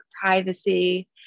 privacy